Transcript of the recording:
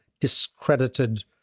discredited